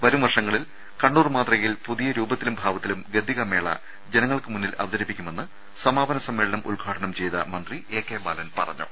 വരും വർഷങ്ങളിൽ കണ്ണൂർ മാതൃകയിൽ പുതിയ രൂപത്തിലും ഭാവത്തിലും ഗദ്ദിക മേള ജനങ്ങൾക്ക് മുന്നിൽ അവതരിപ്പിക്കുമെന്ന് സമാപന സമ്മേളനം ഉദ്ഘാടനം ചെയ്ത മന്ത്രി എ കെ ബാലൻ പറഞ്ഞു